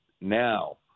now